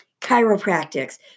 chiropractics